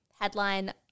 headline